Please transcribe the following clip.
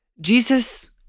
Jesus